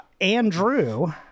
Andrew